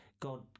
God